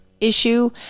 issue